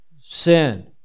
sin